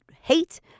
Hate